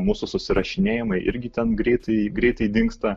mūsų susirašinėjimai irgi ten greitai greitai dingsta